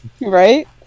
Right